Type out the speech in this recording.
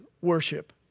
worship